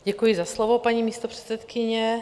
Děkuji za slovo, paní místopředsedkyně.